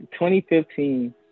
2015